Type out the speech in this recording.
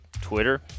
Twitter